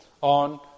on